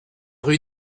rue